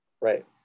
Right